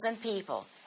people